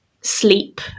sleep